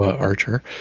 archer